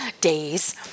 days